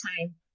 time